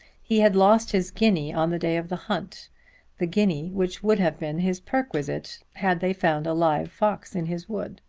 he had lost his guinea on the day of the hunt the guinea which would have been his perquisite had they found a live fox in his wood.